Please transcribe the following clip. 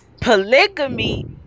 Polygamy